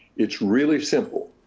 it's really simple.